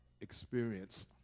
experience